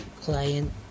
client